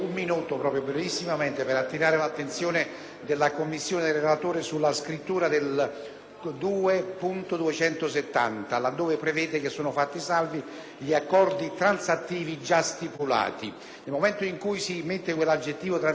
2.270, laddove prevede che "sono fatti salvi gli accordi transattivi già stipulati". Nel momento in cui si usa l'aggettivo "transattivo" si fa chiaramente riferimento al 1969 ed alle reciproche concessioni, quindi si esclude